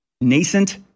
nascent